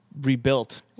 rebuilt